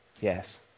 Yes